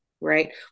right